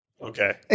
Okay